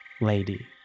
lady